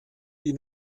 sie